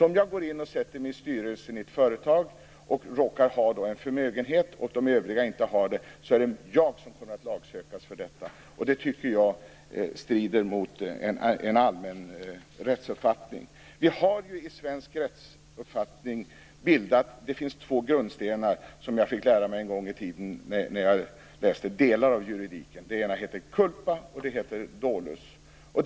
Om jag går in och sätter mig i styrelsen för ett företag och råkar ha en förmögenhet och de övriga inte har det är det jag som kommer att lagsökas för detta, och det tycker jag strider mot en allmän rättsuppfattning. Det finns ju i svensk rättsuppfattning två grundstenar, som jag fick lära mig när jag läste delar av juridiken. Den ena heter culpa, och den andra heter dolus.